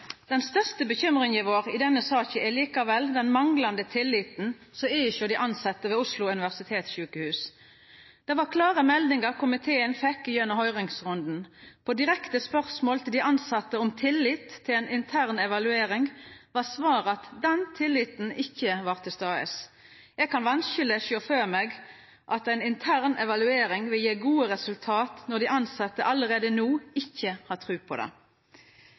Den største uroa vår i denne saka er likevel den manglande tilliten som er hos dei tilsette ved Oslo universitetssykehus. Det var klare meldingar komiteen fekk i høyringsrunden. På direkte spørsmål til dei tilsette om tillit til ei intern evaluering var svaret at den tilliten ikkje var til stades. Eg kan vanskeleg sjå føre meg at ei intern evaluering vil gje gode resultat når dei tilsette allereie no ikkje har tru på det.